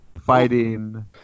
fighting